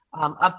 up